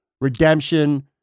redemption